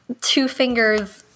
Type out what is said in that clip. two-fingers